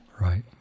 Right